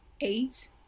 eight